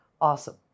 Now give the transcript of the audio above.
Awesome